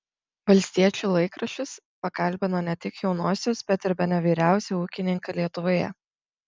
valstiečių laikraštis pakalbino ne tik jaunuosius bet ir bene vyriausią ūkininką lietuvoje